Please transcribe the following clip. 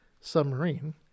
submarine